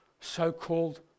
so-called